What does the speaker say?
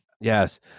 yes